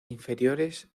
inferiores